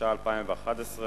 התשע"א 2011,